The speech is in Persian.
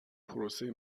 پروسه